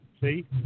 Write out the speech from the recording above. See